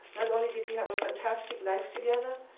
not only did we have a fantastic life together,